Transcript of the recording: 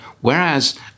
whereas